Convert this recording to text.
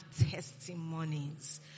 testimonies